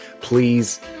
please